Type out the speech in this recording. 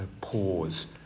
pause